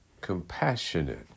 compassionate